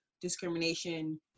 discrimination